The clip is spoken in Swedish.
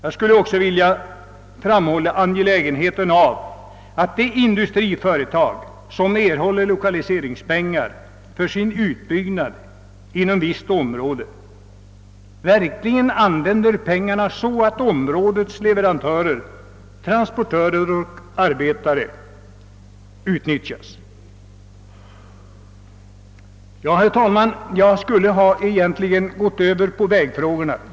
Jag skulle också vilja framhålla angelägenheten av att de industriföretag som erhåller lokaliseringspengar för sin utbyggnad inom visst område verkligen använder dessa pengar på så sätt att områdets leverantörer, transportörer och arbetare sysselsätts. Herr talman! Jag skulle egentligen nu ha gått över till vägfrågorna.